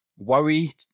worry